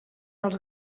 els